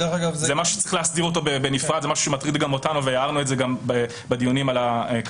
זה משהו שמטריד אותנו וגם הערנו על זה בדיונים על הקנאביס.